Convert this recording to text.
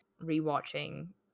re-watching